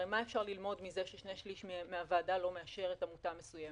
הרי מה אפשר ללמוד מזה ששני שליש מהוועדה לא מאשר את עמותה מסוימת?